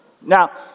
Now